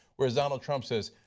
whereas donald trump says,